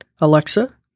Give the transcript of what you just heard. Alexa